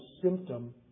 symptom